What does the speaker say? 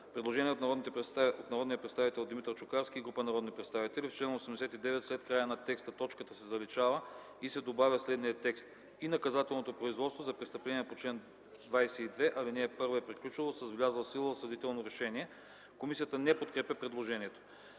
Предложение от народния представител Димитър Чукарски и група народни представители – в чл. 89 след края на текста точката се заличава и се добавя следният текст: „и наказателното производство за престъпления по чл. 22, ал. 1 е приключило с влязло в сила осъдително решение”. Комисията не подкрепя предложението.